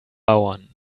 bauern